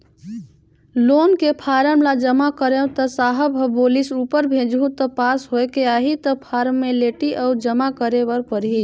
loan के form ल जमा करेंव त साहब ह बोलिस ऊपर भेजहूँ त पास होयके आही त फारमेलटी अउ जमा करे बर परही